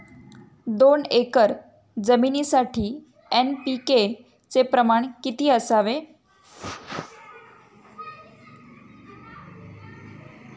दोन एकर जमिनीसाठी एन.पी.के चे प्रमाण किती असावे?